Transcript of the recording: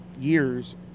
years